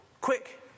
Quick